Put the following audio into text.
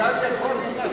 לא נכון.